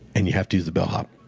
and you have to use a bellhop.